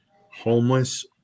homeless